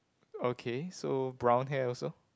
okay so brown hair also